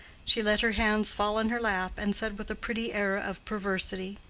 she let her hands fall on her lap, and said with a pretty air of perversity,